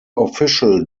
official